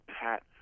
Pat